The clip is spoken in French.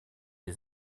des